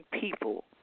people